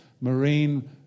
Marine